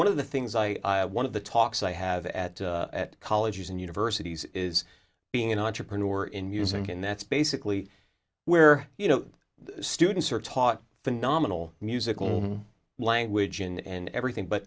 one of the things i one of the talks i have at colleges and universities is being an entrepreneur in music and that's basically where you know students are taught phenomenal musical language and everything but